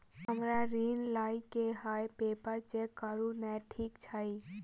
हमरा ऋण लई केँ हय पेपर चेक करू नै ठीक छई?